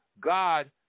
God